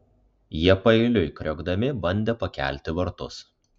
jie paeiliui kriokdami bandė pakelti vartus